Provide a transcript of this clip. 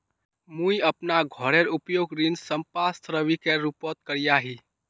मुई अपना घोरेर उपयोग ऋण संपार्श्विकेर रुपोत करिया ही